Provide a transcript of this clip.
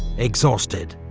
exhausted,